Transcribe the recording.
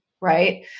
Right